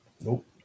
nope